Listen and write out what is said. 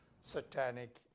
satanic